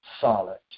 solid